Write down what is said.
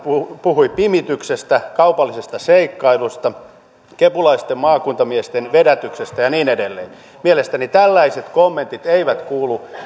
puhui pimityksestä kaupallisesta seikkailusta kepulaisten maakuntamiesten vedätyksestä ja niin edelleen mielestäni tällaiset kommentit eivät kuulu